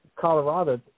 Colorado